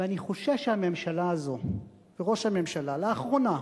ואני חושש שהממשלה הזאת, ראש הממשלה, באחרונה,